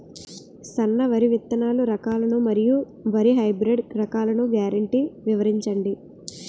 సన్న వరి విత్తనాలు రకాలను మరియు వరి హైబ్రిడ్ రకాలను గ్యారంటీ వివరించండి?